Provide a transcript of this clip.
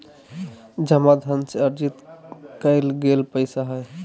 जमा धन से अर्जित कइल गेल पैसा हइ